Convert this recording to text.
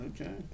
Okay